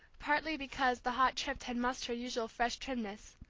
partly because the hot trip had mussed her usual fresh trimness,